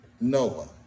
Noah